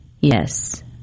yes